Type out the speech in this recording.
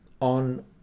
on